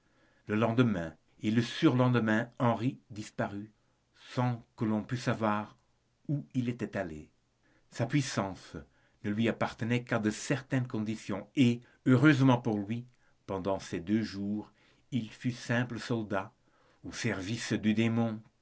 le lendemain et le surlendemain il disparut sans que l'on pût savoir où il était allé sa puissance ne lui appartenait qu'à de certaines conditions et heureusement pour lui pendant ces deux jours il fut simple soldat au service du démon